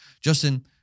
Justin